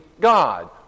God